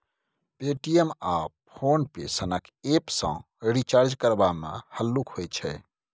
Paytm आ PhonePe सनक app सँ रिचार्ज करबा मे हल्लुक होइ छै